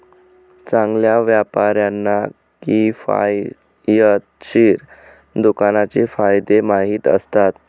चांगल्या व्यापाऱ्यांना किफायतशीर दुकानाचे फायदे माहीत असतात